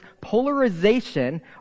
polarization